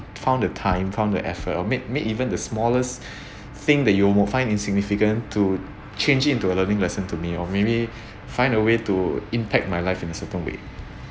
found a time found the effort or make make even the smallest thing that you will find it significant to change it into a learning lesson to me or maybe find a way to impact my life in a certain way